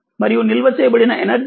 మరియునిల్వ చేయబడిన ఎనర్జీ విలువ 00